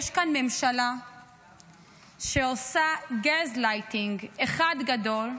שיש כאן ממשלה שעושה גזלייטינג אחד גדול,